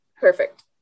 Perfect